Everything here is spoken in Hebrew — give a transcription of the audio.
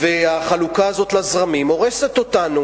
החלוקה הזאת לזרמים הורסת אותנו.